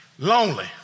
Lonely